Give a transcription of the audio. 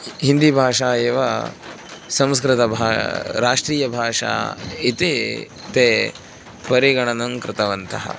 हिन्दीभाषा एव संस्कृतभाषा राष्ट्रीयभाषा इति ते परिगणनं कृतवन्तः